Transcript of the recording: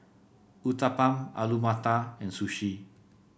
Uthapam Alu Matar and Sushi